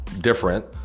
different